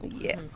yes